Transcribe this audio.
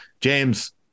James